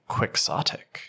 Quixotic